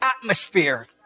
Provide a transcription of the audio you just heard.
atmosphere